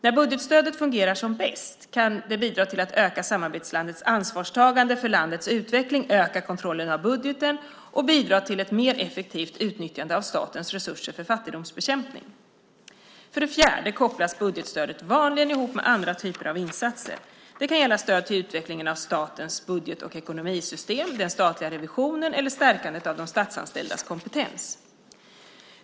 När budgetstödet fungerar som bäst kan det bidra till att öka samarbetslandets ansvarstagande för landets utveckling, öka kontrollen över budgeten och bidra till ett mer effektivt utnyttjande av statens resurser för fattigdomsbekämpning. För det fjärde kopplas budgetstödet vanligen ihop med andra typer av insatser. Det kan gälla stöd till utveckling av statens budget och ekonomisystem, den statliga revisionen eller till stärkande av de statsanställdas kompetens.